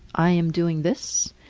i am doing this.